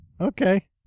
Okay